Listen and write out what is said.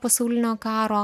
pasaulinio karo